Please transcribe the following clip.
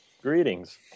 Greetings